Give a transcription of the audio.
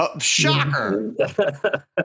Shocker